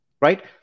right